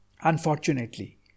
Unfortunately